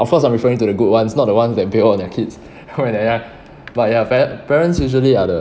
of course I'm referring to the good ones not the one that beat all of their kids when they're young but ya pare~ parents usually are the